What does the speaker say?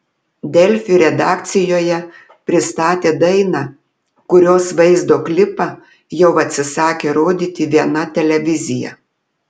delfi redakcijoje pristatė dainą kurios vaizdo klipą jau atsisakė rodyti viena televizija